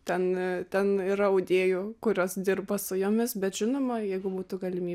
ten ten yra audėjų kurios dirba su jomis bet žinoma jeigu būtų galimybė